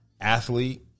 athlete